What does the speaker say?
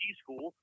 school